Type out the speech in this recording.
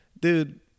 dude